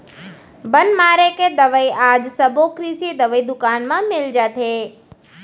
बन मारे के दवई आज सबो कृषि दवई दुकान म मिल जाथे